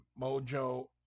mojo